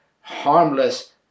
harmless